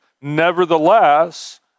Nevertheless